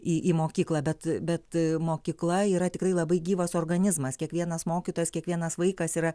į į mokyklą bet bet mokykla yra tikrai labai gyvas organizmas kiekvienas mokytojas kiekvienas vaikas yra